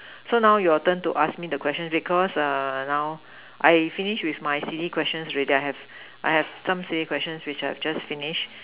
so now your turn to ask me the question because err now I finish with my silly questions already I have I have some silly question which I have just finished